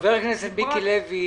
חבר הכנסת מיקי לוי